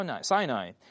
Sinai